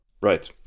Right